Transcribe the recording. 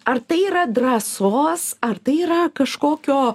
ar tai yra drąsos ar tai yra kažkokio